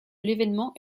l’événement